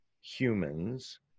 humans